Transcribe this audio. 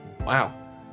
Wow